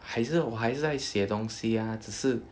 还是我还是在写东西 ah 只是